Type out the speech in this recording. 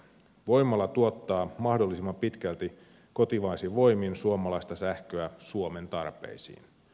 voimala tuottaa mahdollisimman pitkälti kotimaisin voimin suomalaista sähköä suomen tarpeisiin